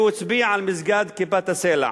והוא הצביע על מסגד כיפת-הסלע.